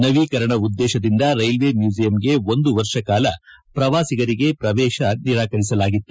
ನವೀಕರಣ ಉದ್ದೇಶದಿಂದ ರೈಲ್ವೆ ಮ್ಯೂಸಿಯಂಗೆ ಒಂದು ವರ್ಷ ಕಾಲ ಪ್ರವಾಸಿಗರಿಗೆ ಪ್ರವೇಶ ನಿರಾಕರಿಸಲಾಗಿತ್ತು